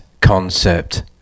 concept